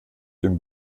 dem